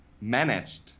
managed